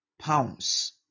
pounds